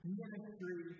ministry